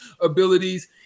abilities